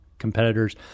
competitors